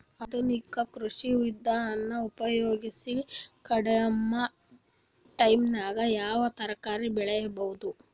ಆಧುನಿಕ ಕೃಷಿ ವಿಧಾನ ಉಪಯೋಗಿಸಿ ಕಡಿಮ ಟೈಮನಾಗ ಯಾವ ತರಕಾರಿ ಬೆಳಿಬಹುದು?